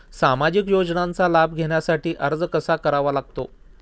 सामाजिक योजनांचा लाभ घेण्यासाठी अर्ज कसा करावा लागतो?